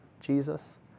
Jesus